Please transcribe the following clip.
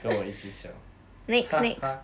跟我一起笑哈哈